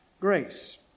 grace